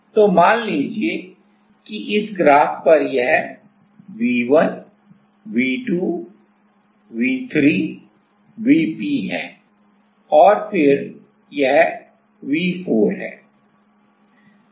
तो मान लीजिए कि यह V1 V2 V3 Vp भी है और फिर V4 है